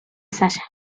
sasha